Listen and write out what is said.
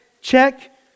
check